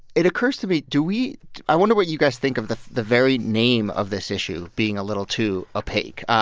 it occurs to me, do we i wonder what you guys think of the the very name of this issue being a little too opaque.